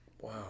Wow